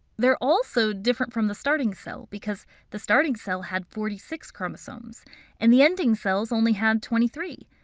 they are also different from the starting cell because the starting cell had forty six chromosomes and the ending cells only have twenty three.